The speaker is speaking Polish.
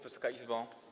Wysoka Izbo!